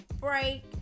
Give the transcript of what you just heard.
break